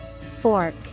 Fork